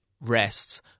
rests